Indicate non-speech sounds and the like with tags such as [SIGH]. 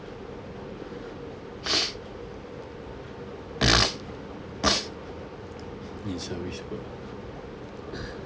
[BREATH] [NOISE] [BREATH]